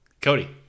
Cody